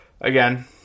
Again